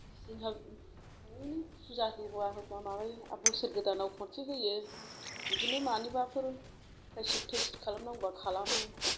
जोंहा बिदिनो फुजा होबा होबा माबायो बोसोर गोदानाव खनसे होयो बिदिनो मानिबाफोर फ्रायसिथ थायसिथ खालामनांगौबा खालामो